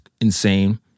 insane